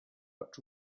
but